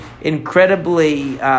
incredibly